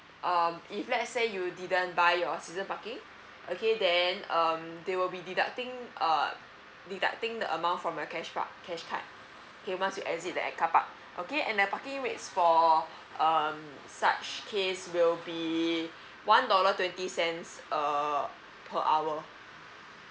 uh if let's say you didn't buy your season parking okay then um they will be deducting uh deducting the amount from a cash park cash card you must exit at the car park okay and the parking rates for um such case will be one dollar twenty cents uh per hour